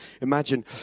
imagine